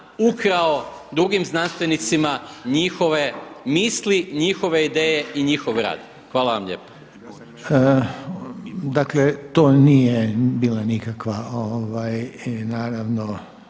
ukrao drugim znanstvenicima njihove misli, njihove ideje i njihov rad. Hvala vam lijepo. **Reiner, Željko (HDZ)** Dakle to nije bila nikakva naravno